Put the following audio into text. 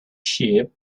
sheep